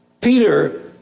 Peter